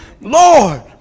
Lord